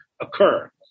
occur